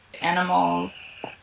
animals